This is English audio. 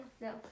no